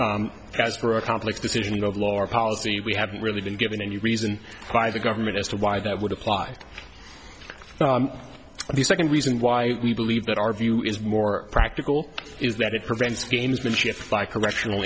instance as for a complex decision of lore policy we haven't really been given any reason why the government as to why that would apply the second reason why we believe that our view is more practical is that it prevents gamesmanship fi correctional